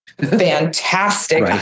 fantastic